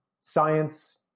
science